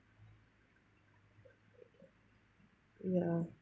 ya